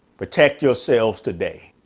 protect yourselves today.